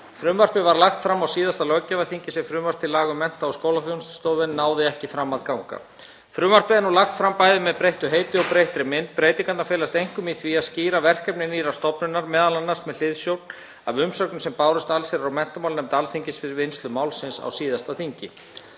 Frumvarpið var lagt fram á síðasta löggjafarþingi sem frumvarp til laga um Mennta- og skólaþjónustustofu en náði ekki fram að ganga. Frumvarpið er nú lagt fram bæði með breyttu heiti og í breyttri mynd. Breytingarnar felast einkum í því að skýra verkefni nýrrar stofnunar, m.a. með hliðsjón af umsögnum sem bárust allsherjar- og menntamálanefnd Alþingis við vinnslu málsins á síðasta þingi.